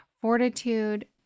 Fortitude